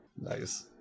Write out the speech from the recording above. Nice